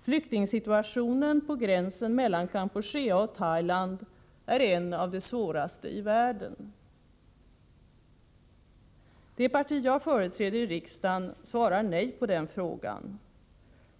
Flyktingsituationen på gränsen mellan Kampuchea och Thailand är en av de svåraste i världen. Det parti jag företräder i riksdagen svarar nej på den frågan.